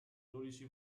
dodici